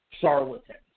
charlatans